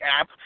app